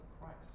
Christ